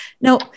Now